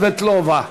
סבטלובה,